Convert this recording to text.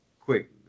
Quick